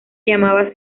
llamaba